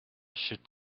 should